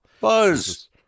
Buzz